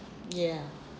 ya